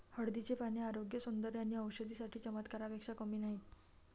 हळदीची पाने आरोग्य, सौंदर्य आणि औषधी साठी चमत्कारापेक्षा कमी नाहीत